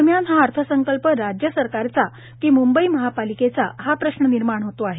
दरम्यान हा अर्थसंकल्प राज्य सरकारचा की मुंबई महापालिकेचा हा प्रश्न निर्माण होतो आहे